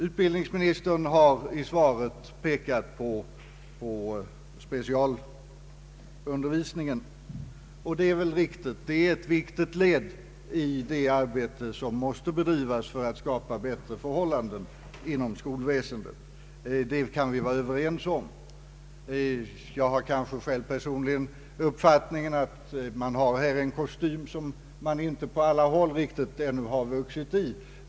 Utbildningsministern har i svaret pekat på specialundervisningen, vilket väl är riktigt. Specialundervisningen är ett viktigt led i det arbete som måste bedrivas för att man skall kunna skapa bättre förhållanden inom skolväsendet. Det kan vi vara överens om. Jag har personligen den uppfattningen att man här har en kostym som man inte på alla håll riktigt har vuxit i.